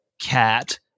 cat